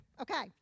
Okay